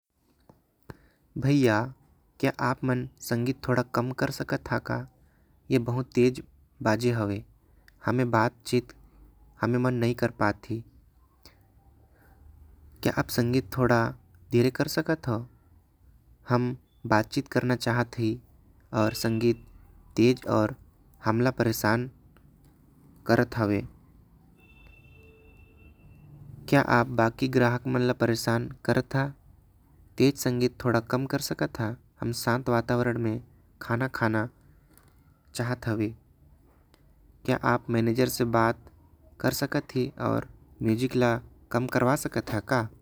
भैया तुमन मन संगीत कम कर सकत हवा ऐ। हर बहुत तेज बाजे हवे हमन ला बात करे के हवे। क्या संगीत धीरे कर सकत हो हमन ला बात करे के है। संगीत तेज हवे हमन ला परेशान करत है। क्या आप बाकि ग्राहक ला परेशान करत हो। का हमन शांत वातावरण में खाना खाना चाहत हवे। का तुमन मैनेजर से बात कर ऐ ला कम करवा सकत हो।